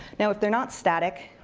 now, if they're not static,